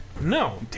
No